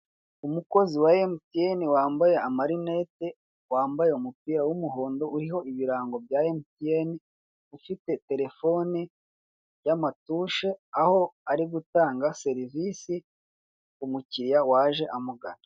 Umukozi wa emutiyeni wambaye amarinete, wambaye umupira w'umuhondo uriho ibirango bya emutiyeni ufite telefone ya matushe aho ari gutanga serivise ku mukiriya waje amugana.